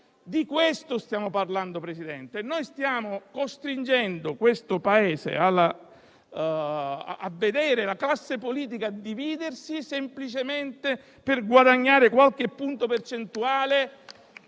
di questo stiamo parlando, signor Presidente. Noi stiamo costringendo questo Paese a vedere la classe politica dividersi semplicemente per guadagnare qualche punto percentuale